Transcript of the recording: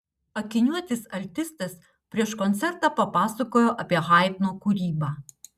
akiniuotis altistas prieš koncertą papasakojo apie haidno kūrybą